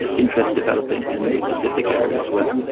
interest developing in the pacific area as well.